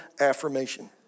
affirmation